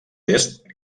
est